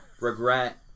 regret